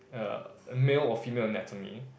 err male or female anatomy